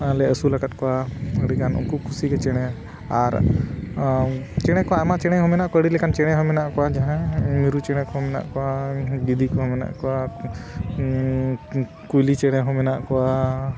ᱟᱨᱞᱮ ᱟᱹᱥᱩᱞ ᱟᱠᱟᱫ ᱠᱚᱣᱟ ᱟᱹᱰᱤᱜᱟᱱ ᱩᱱᱠᱩ ᱠᱩᱥᱤᱜᱮ ᱪᱮᱬᱮ ᱟᱨ ᱪᱮᱬᱮ ᱠᱚᱣᱟᱜ ᱟᱭᱢᱟ ᱪᱮᱬᱮ ᱦᱚᱸ ᱢᱮᱱᱟᱜ ᱠᱚᱣᱟ ᱟᱹᱰᱤ ᱞᱮᱠᱟᱱ ᱪᱮᱬᱮ ᱦᱚᱸ ᱢᱮᱱᱟᱜ ᱠᱚᱣᱟ ᱡᱟᱦᱟᱸ ᱢᱤᱨᱩ ᱪᱮᱬᱮ ᱠᱚ ᱢᱮᱱᱟᱜ ᱠᱚᱣᱟ ᱜᱤᱫᱤ ᱠᱚᱦᱚᱸ ᱢᱮᱱᱟᱜ ᱠᱚᱣᱟ ᱠᱩᱭᱞᱤ ᱪᱮᱬᱮ ᱦᱚᱸ ᱢᱮᱱᱟᱜ ᱠᱚᱣᱟ